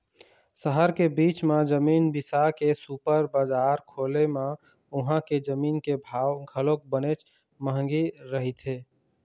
सहर के बीच म जमीन बिसा के सुपर बजार खोले म उहां के जमीन के भाव घलोक बनेच महंगी रहिथे